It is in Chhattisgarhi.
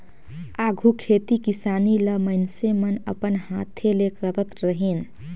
आघु खेती किसानी ल मइनसे मन अपन हांथे ले करत रहिन